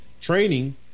training